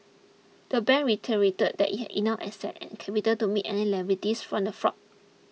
the bank reiterated that it had enough assets and capital to meet any liabilities from the fraud